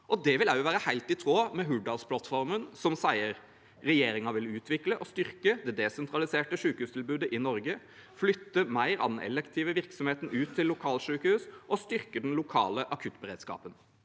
Det vil også være helt i tråd med Hurdalsplattformen, som sier: «Regjeringen vil utvikle og styrke det desentraliserte sykehustilbudet i Norge, flytte mer av den elektive virksomheten ut til lokalsykehus, og styrke den lokale akuttberedskapen.»